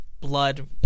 blood